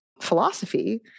philosophy